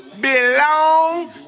belong